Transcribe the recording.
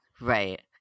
Right